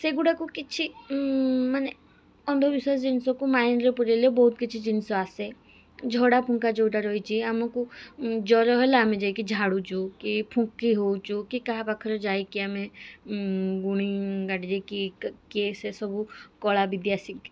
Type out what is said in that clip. ସେଗୁଡ଼ାକୁ କିଛି ମାନେ ଅନ୍ଧ ବିଶ୍ୱାସ ଜିନିଷକୁ ମାଇଣ୍ଡରେ ପୂରାଇଲେ ବହୁତ କିଛି ଜିନିଷ ଆସେ ଝଡ଼ା ଫୁଙ୍କା ଯୋଉଟା ରହିଛି ଆମକୁ ଜ୍ୱର ହେଲା ଆମେ ଯାଇକି ଝାଡ଼ୁଛୁ କି ଫୁଙ୍କି ହଉଚୁ କି କାହା ପାଖରେ ଯାଇକି ଆମେ ଗୁଣି ଗାରେଡ଼ି କି କିଏ ସେ ସବୁ କଳା ବିଦ୍ୟା ଶିଖିଛି